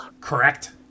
correct